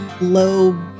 low